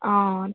অঁ